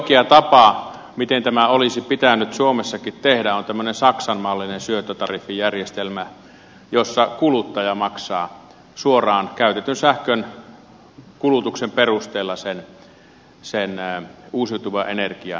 oikea tapa miten tämä olisi pitänyt suomessakin tehdä on tämmöinen saksan mallinen syöttötariffijärjestelmä jossa kuluttaja maksaa suoraan käytetyn sähkön kulutuksen perusteella sen uusiutuvan energian osuuden